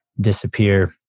disappear